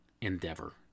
endeavor